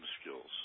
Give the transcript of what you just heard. skills